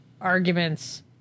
arguments